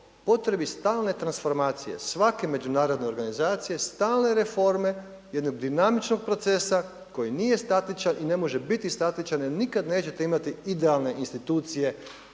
potrebi stalne transformacije svake međunarodne organizacije, stalne reforme, jednog dinamičnog procesa koji nije statičan i ne može biti statičan jer nikad nećete imati idealne institucije